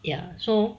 ya so